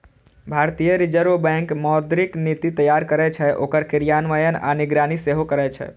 भारतीय reserve bank मौद्रिक नीति तैयार करै छै, ओकर क्रियान्वयन आ निगरानी सेहो करै छै